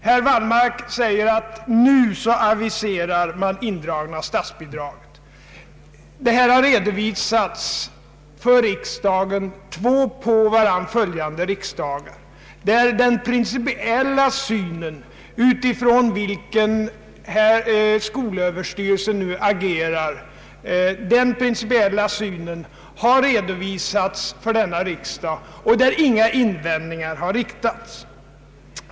Herr Wallmark säger för det första att nu aviserar man indragna statsbidrag. Den principiella syn utifrån vilken skolöverstyrelsen agerar har redovisats under två på varandra följande riksdagar, och den har inte mött några invändningar.